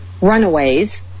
runaways